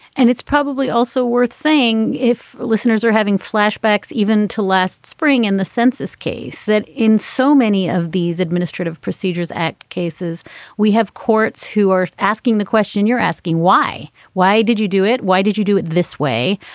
and it's probably also worth seeing if listeners are having flashbacks even to last spring in the census case that in so many of these administrative procedures act cases we have courts who are asking the question you're asking why why did you do it. why did you do it this way.